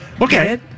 Okay